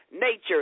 nature